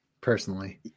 personally